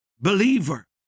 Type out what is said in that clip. believer